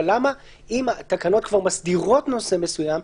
אבל אם התקנות כבר מסדירות נושא מסוים,